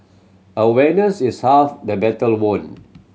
awareness is half the battle won